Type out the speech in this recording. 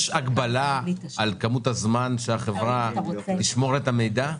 יש הגבלה על משך הזמן שהחברה תשמור את המידע?